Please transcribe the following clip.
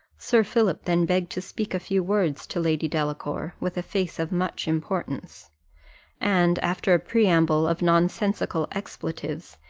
sir philip then begged to speak a few words to lady delacour, with a face of much importance and after a preamble of nonsensical expletives,